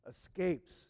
escapes